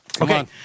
Okay